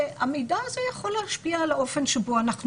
והמידע הזה יכול להשפיע על האופן שבו אנחנו מצביעים.